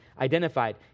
identified